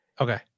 Okay